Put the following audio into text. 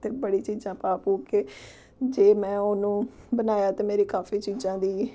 ਅਤੇ ਬੜੀ ਚੀਜ਼ਾਂ ਪਾ ਪੂ ਕੇ ਜੇ ਮੈਂ ਉਹਨੂੰ ਬਣਾਇਆ ਤਾਂ ਮੇਰੀ ਕਾਫ਼ੀ ਚੀਜ਼ਾਂ ਦੀ